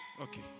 Okay